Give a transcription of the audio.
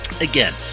Again